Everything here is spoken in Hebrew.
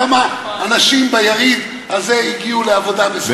כמה אנשים הגיעו ביריד הזה לעבודה מסודרת?